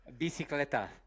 Bicicleta